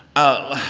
oh,